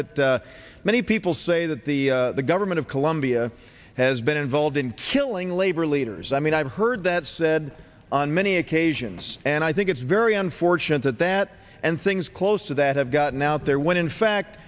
that many people say that the government of colombia has been involved in killing labor leaders i mean i've heard that said on many occasions and i think it's very unfortunate that that and things close to that have gotten out there when in fact